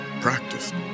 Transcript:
practiced